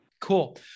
Cool